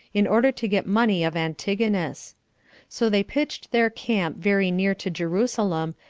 in order to get money of antigonus so they pitched their camp very near to jerusalem,